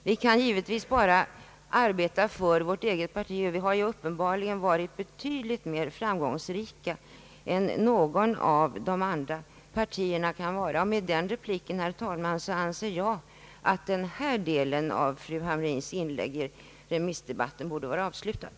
Vi kan givetvis bara arbeta inom vårt eget parti, men vi har uppenbarligen varit betydligt mer framgångsrika än något av de andra partierna. Med den repliken, herr talman, anser jag att den här delen av fru Hamrins inlägg i remissdebatten borde vara avslutad.